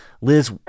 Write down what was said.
Liz